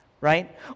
right